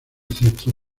excepto